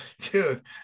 Dude